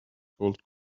gold